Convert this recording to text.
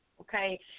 Okay